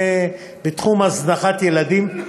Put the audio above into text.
הם בתחום הזנחת ילדים.